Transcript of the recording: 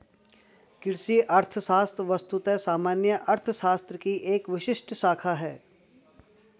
कृषि अर्थशास्त्र वस्तुतः सामान्य अर्थशास्त्र की एक विशिष्ट शाखा है